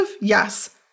Yes